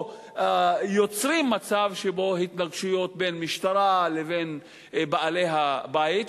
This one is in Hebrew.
או יוצרים מצב של התנגשויות בין המשטרה לבין בעלי הבית,